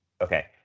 Okay